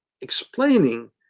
explaining